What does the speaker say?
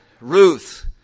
Ruth